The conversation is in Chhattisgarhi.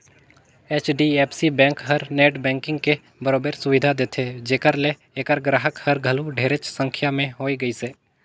एच.डी.एफ.सी बेंक हर नेट बेंकिग के बरोबर सुबिधा देथे जेखर ले ऐखर गराहक हर घलो ढेरेच संख्या में होए गइसे